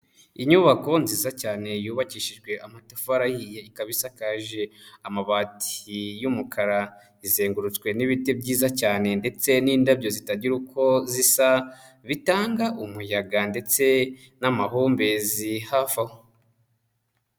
Inyubako nziza cyane yubakishijwe amatafari ahiye, ikaba isakaje amabati y'umukara izengurutswe n'ibiti byiza cyane ndetse n'indabyo zitagira uko zisa, bitanga umuyaga ndetse n'amahumbezi hafi aho.